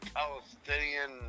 Palestinian